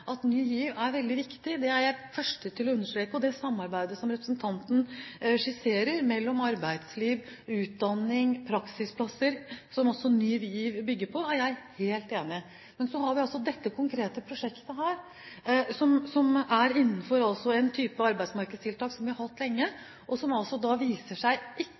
at Ny GIV er veldig viktig – det er jeg den første til å understreke – og det samarbeidet som representanten skisserer mellom arbeidsliv, utdanning og praksisplasser, som også Ny GIV bygger på, er jeg helt enig i er viktig. Men så har vi dette konkrete prosjektet, som er innenfor en type arbeidsmarkedstiltak som vi har hatt lenge, som altså viser seg